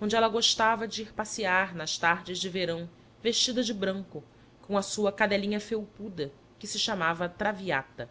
onde ela gostava de ir passear nas tardes de verão vestida de branco com a sua cadelinha felpuda que se chamava traviata